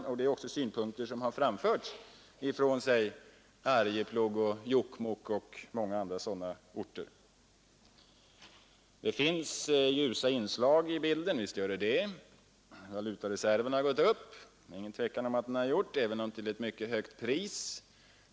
Dessa synpunkter har också framförts från Arjeplog, Jokkmokk och många andra sådana orter. Det finns visst ljusa inslag i bilden, herr Ekström. Valutareserven har ökat — det råder inget tvivel om det även om det skett till ett mycket högt pris.